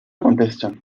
contestan